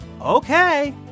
Okay